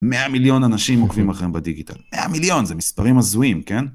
100 מיליון אנשים מוקפים אחריהם בדיגיטל. 100 מיליון, זה מספרים מזויים, כן?